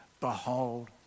Behold